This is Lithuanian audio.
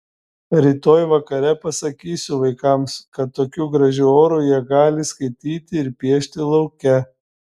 rytoj vakare pasakysiu vaikams kad tokiu gražiu oru jie gali skaityti ir piešti lauke